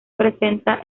presenta